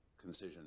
concision